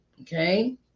Okay